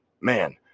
Man